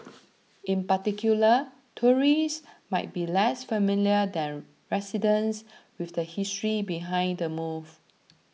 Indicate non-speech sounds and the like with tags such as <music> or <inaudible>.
in particular tourists might be less familiar than residents with the history behind the move <noise>